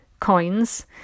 coins